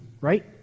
right